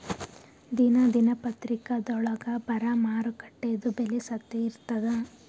ದಿನಾ ದಿನಪತ್ರಿಕಾದೊಳಾಗ ಬರಾ ಮಾರುಕಟ್ಟೆದು ಬೆಲೆ ಸತ್ಯ ಇರ್ತಾದಾ?